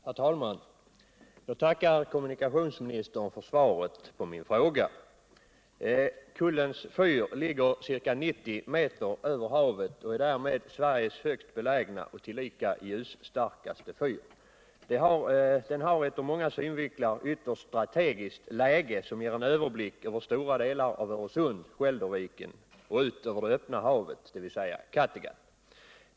Herr talman! Jag tackar kommunikationsministern för svaret på min fråga. Kullens fyr ligger ca 90 m över havet och är därmed Sveriges högst belägna och tillika ljusstarkaste fyr. Den har ett ur många synvinklar mycket strategiskt läge som ger en överblick över stora delar av Öresund, Skälderviken och det öppna havet. dvs. Kattegatt.